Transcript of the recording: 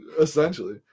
essentially